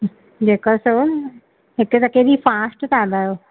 जेका सिवा हिकु त केॾी फास्ट त हलायो